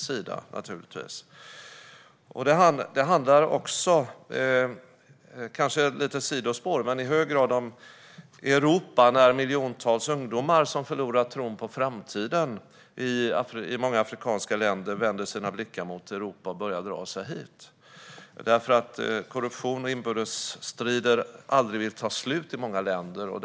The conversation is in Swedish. Detta kanske är ett sidospår, men det handlar också i hög grad om Europa när miljontals ungdomar i många afrikanska länder som har förlorat tron på framtiden vänder sina blickar mot Europa och börjar dra sig hit. Korruption och inbördesstrider tar aldrig slut i många av länderna.